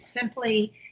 simply